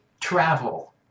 travel